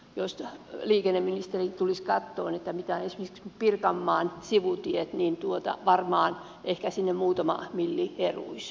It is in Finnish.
jos liikenneministeri tulisi katsomaan mitä ovat esimerkiksi pirkanmaan sivutiet niin ehkä sinne varmaan muutama milli heruisi